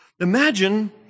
Imagine